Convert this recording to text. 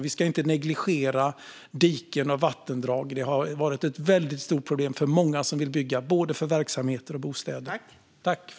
Vi ska inte negligera diken och vattendrag. Det har varit ett stort problem för många som vill bygga både för verksamhet och bostäder.